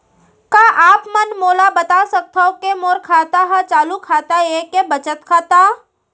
का आप मन मोला बता सकथव के मोर खाता ह चालू खाता ये के बचत खाता?